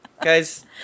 Guys